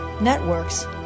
networks